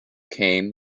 came